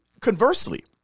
Conversely